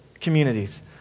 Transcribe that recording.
communities